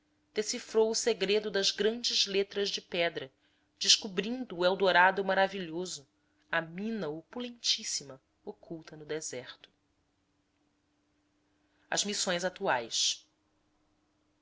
decifrou o segredo das grandes letras de pedra descobrindo o eldorado maravilhoso a mina opulentíssima oculta no deserto as missões atuais